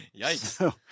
Yikes